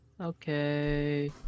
Okay